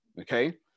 okay